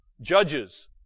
Judges